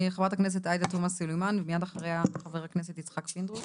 חברת הכנסת עאידה תומא סלימאן ומיד אחריה חבר הכנסת יצחק פינדרוס.